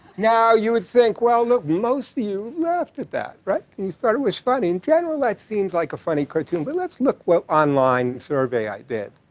now, you would think, well, look, most of you laughed at that. right? you thought it was funny. in general, that seems like a funny cartoon, but let's look what online survey i did.